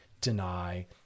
deny